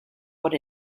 por